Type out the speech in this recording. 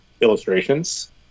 illustrations